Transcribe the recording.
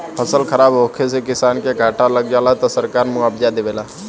फसल खराब होखे से किसान के घाटा लाग जाला त सरकार मुआबजा देवेला